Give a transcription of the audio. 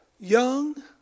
Young